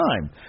time